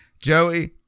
Joey